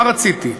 מה רציתי?